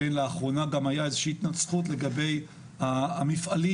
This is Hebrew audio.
לאחרונה הייתה התנצחות לגבי המפעלים